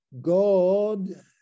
god